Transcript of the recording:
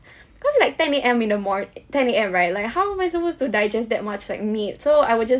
cause like ten A_M in the morn~ ten A_M right like how am I supposed to digest that much like meat so I would just